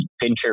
venture